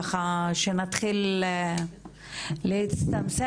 ככה שנתחיל להצטמצם,